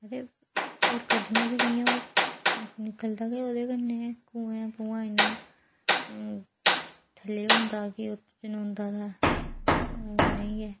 ते होर कड्ढना बी कियां ओह् निकलदा गै ओह्दे कन्नै ऐ कुएं कुआं इ'न्ना थल्लै होंदा कि उत्थें जनोंदा ओह् नेईं ऐ